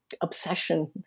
obsession